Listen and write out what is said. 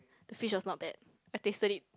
the fish was not bad I tasted it